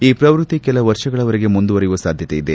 ಈ ಪ್ರವೃತ್ತಿ ಕೆಲ ವರ್ಷಗಳವರೆಗೆ ಮುಂದುವರೆಯುವ ಸಾಧ್ಯತೆ ಇದೆ